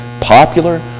popular